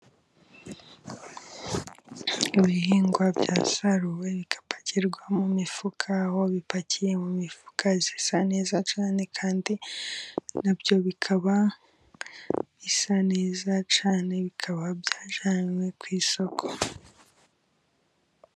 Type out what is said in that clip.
Ibihingwa byasaruwe bigapakirwa mu mifuka， aho bipakiye mu mifuka isa neza cyane， kandi nabyo bikaba bisa neza cyane， bikaba byajyanywe ku isoko.